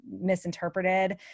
misinterpreted